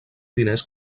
diners